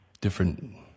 Different